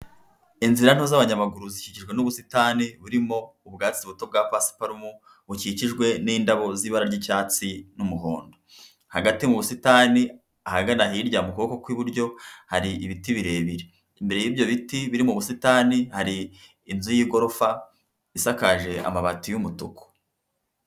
Inzira nto z'abanyamaguru zikijwe n'ubusitani burimo ubwatsi buto bwa pasiparumu bukikijwe n'indabo z'ibara ry'icyatsi n'umuhondo, hagati mu busitani ahagana hirya mu kuboko kw'iburyo hari ibiti birebire, imbere y'ibyo biti biri mu busitani hari inzu y'igorofa isakaje amabati y'umutuku.